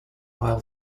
while